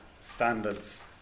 standards